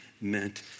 meant